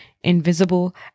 invisible